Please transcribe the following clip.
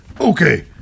Okay